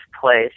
place